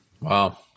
Wow